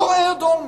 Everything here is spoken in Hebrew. אותו אהוד אולמרט,